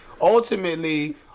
ultimately